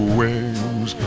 wings